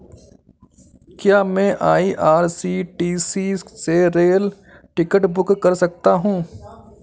क्या मैं आई.आर.सी.टी.सी से रेल टिकट बुक कर सकता हूँ?